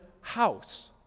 house